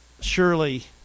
Surely